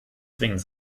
zwingend